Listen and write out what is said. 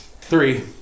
Three